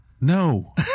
No